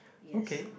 okay